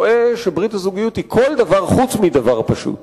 רואה שברית הזוגיות היא כל דבר חוץ מדבר פשוט.